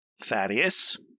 Thaddeus